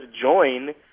join